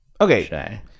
Okay